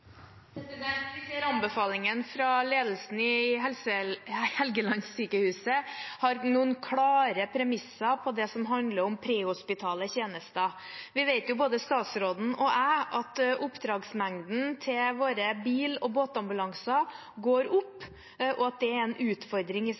anbefalingen fra ledelsen i Helgelandssykehuset gir noen klare premisser for det som handler om prehospitale tjenester. Både statsråden og jeg vet at oppdragsmengden til våre bil- og båtambulanser går opp,